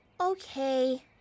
Okay